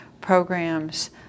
programs